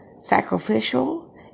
sacrificial